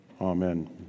Amen